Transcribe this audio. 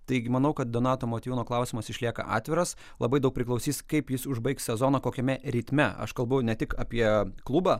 taigi manau kad donato motiejūno klausimas išlieka atviras labai daug priklausys kaip jis užbaigs sezoną kokiame ritme aš kalbu ne tik apie klubą